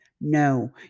no